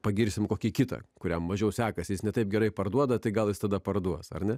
pagirsime kokį kitą kuriam mažiau sekasi jis ne taip gerai parduoda tai gal jis tada parduos ar ne